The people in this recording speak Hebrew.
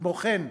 כמו כן,